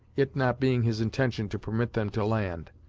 it not being his intention to permit them to land.